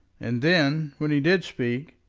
and then, when he did speak,